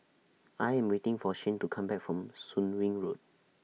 I Am waiting For Shane to Come Back from Soon Wing Road